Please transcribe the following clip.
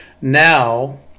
Now